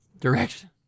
direction